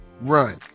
run